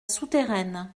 souterraine